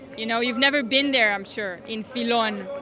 you know, you've never been there i'm sure, in filon.